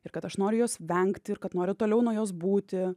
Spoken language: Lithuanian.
ir kad aš noriu jos vengti ir kad noriu toliau nuo jos būti